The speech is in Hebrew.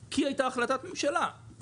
כי הייתה החלטת ממשלה,